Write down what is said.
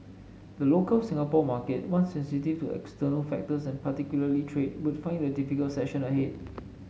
the local Singapore market one sensitive to external factors and particularly trade would find it a difficult session ahead